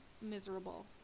miserable